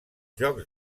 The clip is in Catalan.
jocs